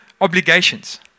obligations